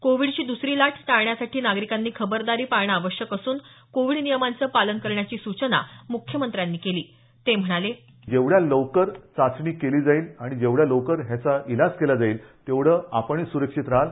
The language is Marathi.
कोविडची दुसरी लाट टाळण्यासाठी नागरिकांनी खबरदारी पाळणं आवश्यक असून कोविड नियमांचं पालन करण्याची सूचना मुख्यमंत्र्यांनी केली ते म्हणाले जेवढ्या लवकर चाचणी केली जाईल आणि जेवढ्या लवकर याचा ईलाज केला जाईल तेवढं आपणच सुरक्षित राहाल